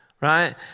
right